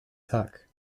tag